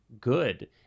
good